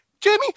Jamie